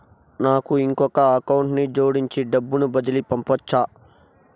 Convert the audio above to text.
నాకు ఇంకొక అకౌంట్ ని జోడించి డబ్బును బదిలీ పంపొచ్చా?